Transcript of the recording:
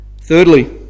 Thirdly